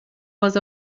was